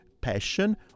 passion